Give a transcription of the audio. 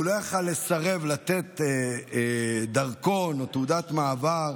והוא לא יכול לסרב לתת דרכון או תעודת מעבר